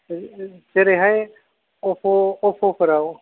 जेरैहाय अफ' अफ'फोराव